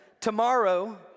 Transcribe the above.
tomorrow